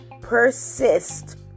persist